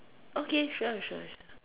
okay sure sure sure